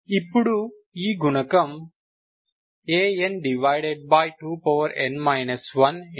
ఇప్పుడు ఈ గుణకం An2n 1n